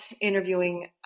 interviewing